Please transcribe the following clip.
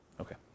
Okay